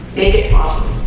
make it possible